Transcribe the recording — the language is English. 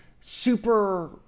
super